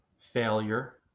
failure